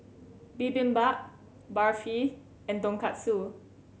Bibimbap Barfi and Tonkatsu